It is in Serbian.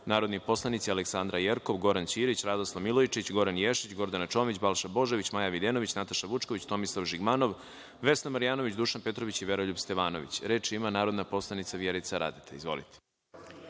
narodni poslanici Aleksandra Jerkov, Goran Ćirić, Radoslav Milojičić, Goran Ješić, Gordana Čomić, Balša Božović, Maja Videnović, Nataša Vučković, Tomislav Žigmanov, Vesna Marjanović, Dušan Petrović i Veroljub Stevanović. Reč ima narodna poslanica Vjerica Radeta. Izvolite.